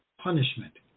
punishment